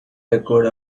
echoed